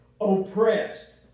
Oppressed